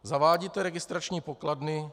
Zavádíte registrační pokladny.